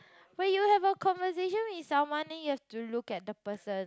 when you have a conversation with someone then you have to look at the person